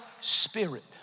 spirit